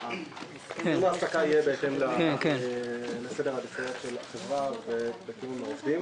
סיום העסקה יהיה בהתאם לסדר העדיפויות של החברה ותיאום עם העובדים.